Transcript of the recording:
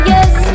Yes